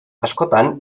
askotan